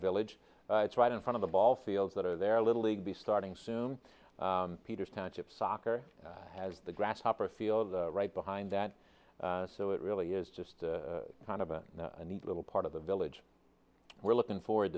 village it's right in front of the ball fields that are there little league be starting soon peters township soccer has the grasshopper a field right behind that so it really is just kind of a neat little part of the village we're looking forward